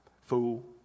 fool